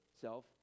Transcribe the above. self